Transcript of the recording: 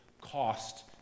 cost